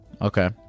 Okay